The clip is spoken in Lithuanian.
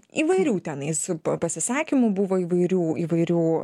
įvairių tenais pa pasisakymų buvo įvairių įvairių